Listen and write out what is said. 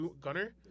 Gunner